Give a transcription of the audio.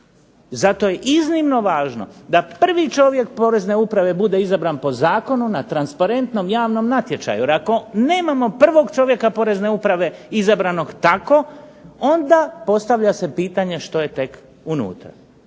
Zato je iznimno važno da prvi čovjek Porezne uprave bude izabran po zakonu na transparentnom javnom natječaju. Jer ako nemamo prvog čovjeka Porezne uprave izabranog tako, onda postavlja se pitanje što je tek unutra.